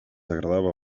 agradava